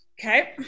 okay